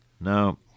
Now